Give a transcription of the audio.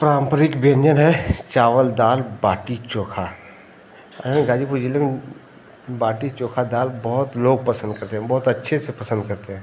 पारम्परिक व्यंजन है चावल दाल बाटी चोख़ा है गाज़ीपुर जिले में बाटी चोख़ा दाल बहुत लोग पसन्द करते हैं बहुत अच्छे से पसन्द करते हैं